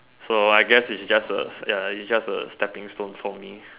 so I guess it's just a ya it's just a stepping stone for me